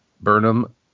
Burnham